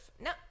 No